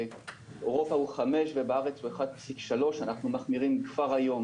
באירופה הוא 5 ובארץ הוא 1.3. אנחנו מחמירים כבר היום